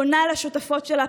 פונה לשותפות שלה,